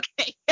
okay